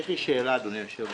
אדוני היושב-ראש,